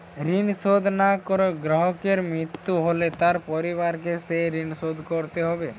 ঋণ শোধ না করে গ্রাহকের মৃত্যু হলে তার পরিবারকে সেই ঋণ শোধ করতে হবে?